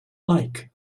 like